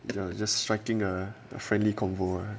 you know just striking a friendly convoy